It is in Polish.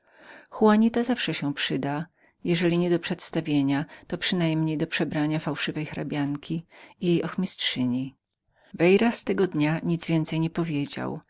juanita zawsze się przyda jeżeli nie do przedstawienia to przynajmniej do ubrania nowej hrabianki i jej ochmistrzyni veyras tego dnia nic więcej nie powiedział